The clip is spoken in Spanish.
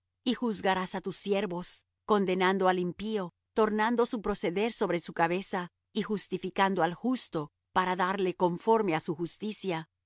y juzgarás á tus siervos condenando al impío tornando su proceder sobre su cabeza y justificando al justo para darle conforme á su justicia